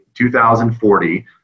2040